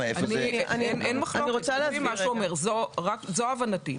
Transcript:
זו הבנתי.